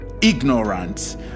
ignorant